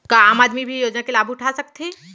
का आम आदमी भी योजना के लाभ उठा सकथे?